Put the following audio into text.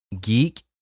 Geek